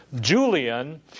Julian